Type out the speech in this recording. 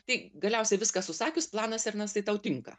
tai galiausiai viską susakius planas ernestai tau tinka